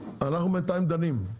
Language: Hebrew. אנחנו בינתיים דנים,